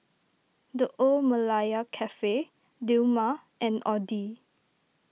the Old Malaya Cafe Dilmah and Audi